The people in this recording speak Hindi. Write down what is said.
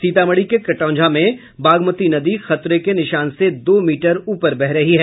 सीतामढ़ी के कटौंझा में बागमती नदी खतरे के निशान से दो मीटर ऊपर बह रही है